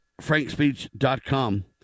frankspeech.com